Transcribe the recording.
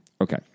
Okay